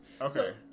Okay